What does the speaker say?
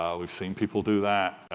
um we've seen people do that.